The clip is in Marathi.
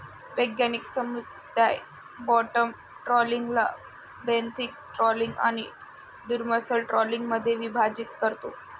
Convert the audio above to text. वैज्ञानिक समुदाय बॉटम ट्रॉलिंगला बेंथिक ट्रॉलिंग आणि डिमर्सल ट्रॉलिंगमध्ये विभाजित करतो